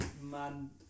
man